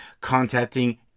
contacting